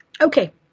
okay